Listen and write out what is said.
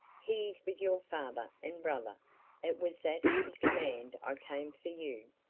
he is with your father and brother. it was at his command i came for you.